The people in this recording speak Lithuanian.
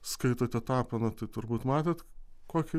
skaitote tapiną tai turbūt matėt kokią